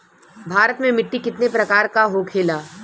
भारत में मिट्टी कितने प्रकार का होखे ला?